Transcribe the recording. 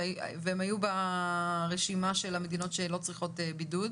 בולגריה הייתה ברשימת המדינות שלא צריכות בידוד,